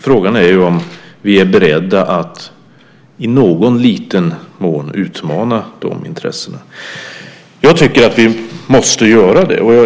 Frågan är ju: Är vi beredda att, i någon liten mån, utmana dessa intressen? Jag tycker att vi måste göra det.